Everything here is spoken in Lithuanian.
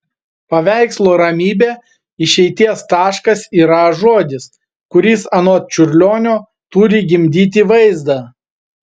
paveikslo ramybė išeities taškas yra žodis kuris anot čiurlionio turi gimdyti vaizdą